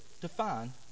define